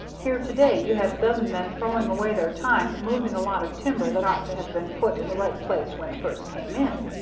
here to-day you had a dozen men throwing away their time moving a lot of timber that ought to have been put in the right place when it first came in.